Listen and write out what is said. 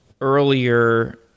earlier